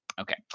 Okay